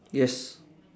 yes